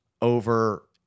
over